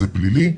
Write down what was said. זה פלילי,